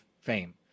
fame